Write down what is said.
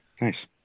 nice